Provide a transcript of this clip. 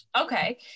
Okay